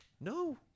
No